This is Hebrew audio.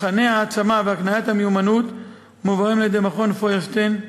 תוכני ההעצמה והקניית המיומנויות מועברים על-ידי מכון פוירשטיין.